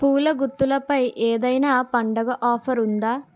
పూల గుత్తుల పై ఏదైనా పండుగ ఆఫర్ ఉందా